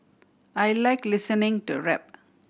I like listening to rap